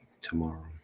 tomorrow